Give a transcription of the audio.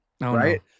right